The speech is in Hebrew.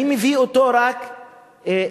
אני מביא אותו רק כדוגמה.